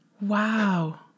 Wow